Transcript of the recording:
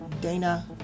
Dana